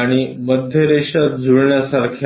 आणि मध्य रेषा जुळण्यासारख्या आहेत